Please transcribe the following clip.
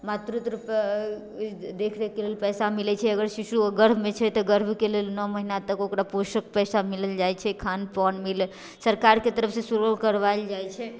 मातृत्व देखरेखके लेल पैसा मिलै छै अगर शिशु गर्भमे छै तऽ गर्भके लेल नओ महिना तक ओकरा पैसा मिलल जाइ छै खानपान मिलल सरकारके तरफसँ सुलभ करबाएल जाइ छै